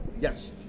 Yes